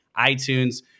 itunes